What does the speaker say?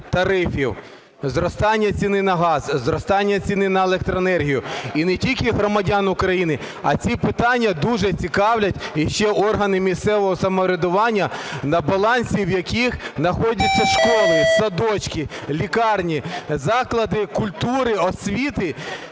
тарифів, зростання ціни на газ, зростання ціни на електроенергію, і не тільки громадян України, а ці питання дуже цікавлять ще органи місцевого самоврядування, на балансі яких находяться школи, садочки, лікарні, заклади культури, освіти.